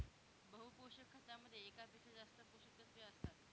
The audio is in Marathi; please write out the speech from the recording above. बहु पोषक खतामध्ये एकापेक्षा जास्त पोषकतत्वे असतात